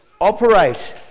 operate